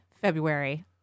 February